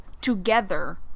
together